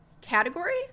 category